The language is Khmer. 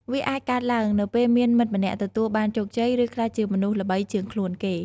វាអាចកើតឡើងនៅពេលមានមិត្តម្នាក់ទទួលបានជោគជ័យ ឬក្លាយជាមនុស្សល្បីជាងខ្លួនគេ។